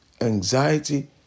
anxiety